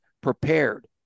prepared